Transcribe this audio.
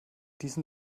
diesen